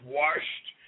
washed